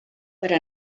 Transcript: per